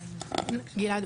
גלעד,